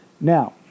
Now